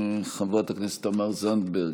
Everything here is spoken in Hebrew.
חברת הכנסת תמר זנדברג,